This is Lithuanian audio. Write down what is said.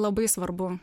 labai svarbu